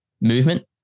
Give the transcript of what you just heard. movement